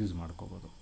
use ಮಾಡ್ಕೋಬೋದು